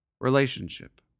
relationship